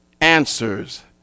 answers